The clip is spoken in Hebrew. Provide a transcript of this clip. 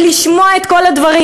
ולשמוע את כל הדברים.